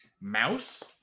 Mouse